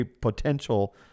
potential